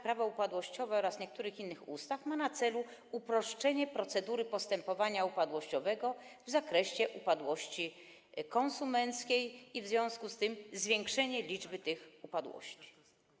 Prawo upadłościowe oraz niektórych innych ustaw ma na celu uproszczenie procedury postępowania upadłościowego w zakresie upadłości konsumenckiej i w związku z tym zwiększenie liczby tych upadłości.